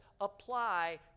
apply